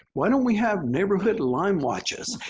why don't we have neighborhood lyme watches?